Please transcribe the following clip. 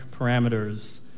parameters